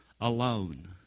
alone